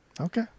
Okay